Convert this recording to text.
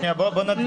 בואו נצביע.